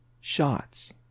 shots